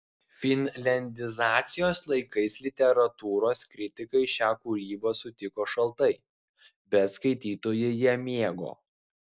finliandizacijos laikais literatūros kritikai šią kūrybą sutiko šaltai bet skaitytojai ją mėgo